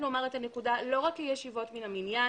לומר את הנקודה הזאת לא רק כישיבות מן המניין.